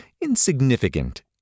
insignificant